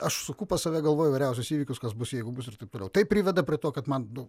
aš suku pas save galvoj įvairiausius įvykius kas bus jeigu bus ir taip toliau tai priveda prie to kad man nu